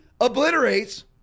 obliterates